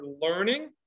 learning